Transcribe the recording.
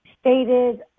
stated